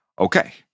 Okay